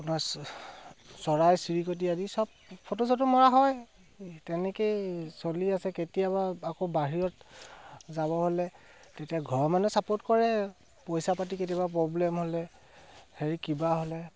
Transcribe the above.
আপোনাৰ চৰাই চিৰিকটি আদি চব ফটো চটো মৰা হয় তেনেকেই চলি আছে কেতিয়াবা আকৌ বাহিৰত যাব হ'লে তেতিয়া ঘৰৰ মানুহ চাপৰ্ট কৰে পইচা পাতি কেতিয়াবা প্ৰব্লেম হ'লে হেৰি কিবা হ'লে